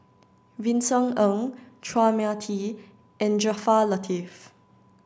Vincent Ng Chua Mia Tee and Jaafar Latiff